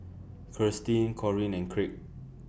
Kirstin Corinne and Craig